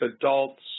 adults